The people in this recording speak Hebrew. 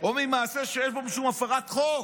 או ממעשה, שיש בו משום הפרת חוק